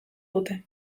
dute